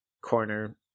corner